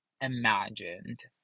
Imagined